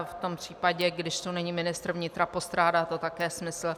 V tom případě, když tu není ministr vnitra, postrádá to také smysl.